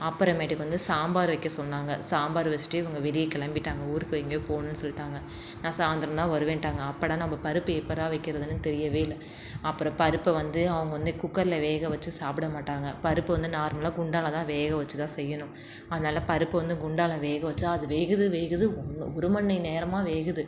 அப்புறமேட்டுக்கு வந்து சாம்பார் வைக்க சொன்னாங்க சாம்பார் வச்சுட்டு இவங்க வெளியே கிளம்பிட்டாங்க ஊருக்கு எங்கேயோ போகணும்னு சொல்லிட்டாங்க நான் சாயந்தரம் தான் வருவேன்ட்டாங்க அப்பாடா நம்ம பருப்பு எப்படிறா வக்கிறதுன்னு தெரியவே இல்லை அப்புறம் பருப்பை வந்து அவங்க வந்து குக்கரில் வேக வச்சு சாப்பிட மாட்டாங்க பருப்பு வந்து நார்மலாக குண்டானில் தான் வேக வச்சு தான் செய்யணும் அதனால் பருப்பு வந்து குண்டானில் வேக வச்சா அது வேகுது வேகுது ஒன்று ஒரு மணி நேரமாக வேகுது